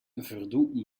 verdoe